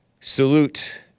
Salute